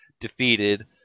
defeated